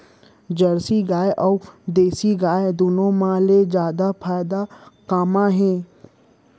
Jersey गाय अऊ देसी गाय दूनो मा ले जादा फायदा का मा हे?